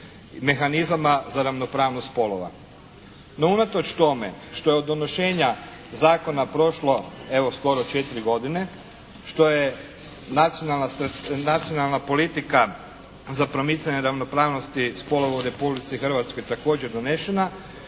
mehanizama za ravnopravnost spolova. No, unatoč tome što je od donošenja zakona prošlo evo, skoro četiri godine, što je Nacionalna politika za promicanje ravnopravnosti spolova u Republici Hrvatskoj također donešena,